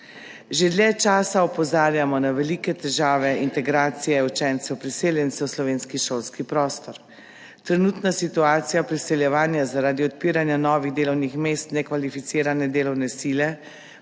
»Že dlje časa opozarjamo na velike težave integracije učencev priseljencev v slovenski šolski prostor. Trenutna situacija priseljevanja zaradi odpiranja novih delovnih mest nekvalificirane delovne sile